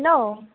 hello